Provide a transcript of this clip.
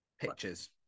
pictures